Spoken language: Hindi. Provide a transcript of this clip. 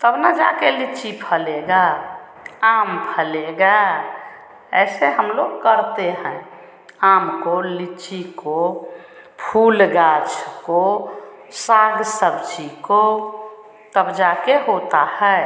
तब ना जाकर लिच्ची फलेगा आम फलेगा ऐसे हमलोग करते हैं आम को लिच्ची को फूल गाछ को साग सब्ज़ी को तब जाकर होता है